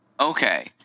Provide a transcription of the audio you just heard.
Okay